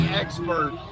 expert